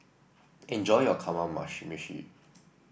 enjoy your Kamameshi